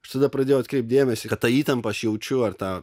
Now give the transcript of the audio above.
aš tada pradėjau atkreipti dėmesį kad tą įtampą aš jaučiu ar tą